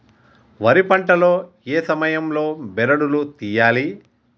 వరి పంట లో ఏ సమయం లో బెరడు లు తియ్యాలి?